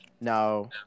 No